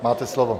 Máte slovo.